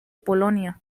polonia